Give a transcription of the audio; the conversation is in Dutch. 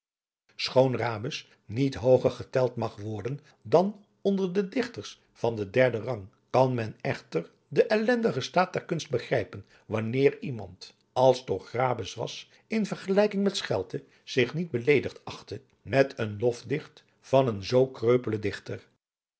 rabus niet hooger geteld mag worden dan onder de dichters van den derden rang kan men echter den ellendigen staat der kunst begrijpen wanneer iemand als toch rabus was in vergelijking met schelte zich niet beleedigd achtte met een lofdicht van een zoo kreupelen dichter